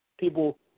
people